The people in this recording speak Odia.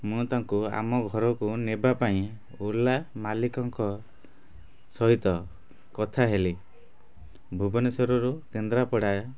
ମୁଁ ତାଙ୍କୁ ଆମ ଘରକୁ ନେବାପାଇଁ ଓଲା ମାଲିକଙ୍କ ସହିତ କଥା ହେଲି ଭୁବନେଶ୍ୱରରୁ କେନ୍ଦ୍ରାପଡ଼ା